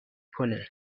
کنه